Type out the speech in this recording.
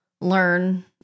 learn